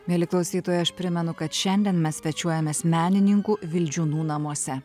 mieli klausytojai aš primenu kad šiandien mes svečiuojamės menininkų vildžiūnų namuose